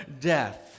death